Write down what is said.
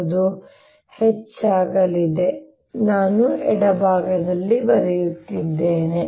H ಆಗಲಿದೆ ನಾನು ಎಡಭಾಗದಲ್ಲಿ ಬರೆಯುತ್ತಿದ್ದೇನೆ